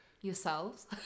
Yourselves